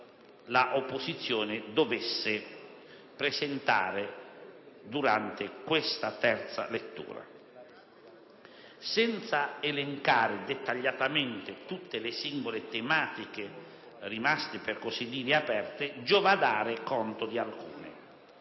l'opposizione dovesse presentare durante questa terza lettura. Senza elencare dettagliatamente tutte le singole tematiche rimaste per così dire aperte, giova dare conto di alcune.